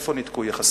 איפה ניתקו יחסים?